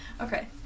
Okay